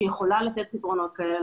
שיכולה לתת פתרונות כאלה,